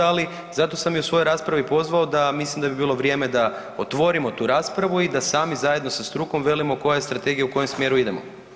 Ali zato sam u svojoj raspravi i pozvao mislim da bi bilo vrijeme da otvorimo tu raspravu i da sami zajedno sa strukom velimo koja strategija u kojem smjeru idemo.